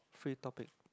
free topic